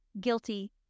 guilty